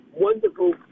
Wonderful